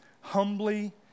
Humbly